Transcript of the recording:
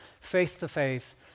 face-to-face